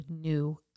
New